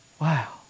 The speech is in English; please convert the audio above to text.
Wow